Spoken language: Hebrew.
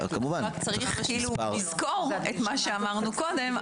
רק צריך לזכור את מה שאמרנו קודם,